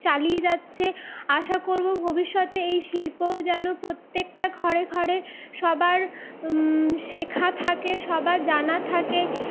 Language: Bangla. চালিয়ে যাচ্ছে আশা করবো ভবিষ্যতে এই শিল্প যেন প্রত্যেকটা ঘরে ঘরে সবার শেখা থাকে সবার জানা থাকে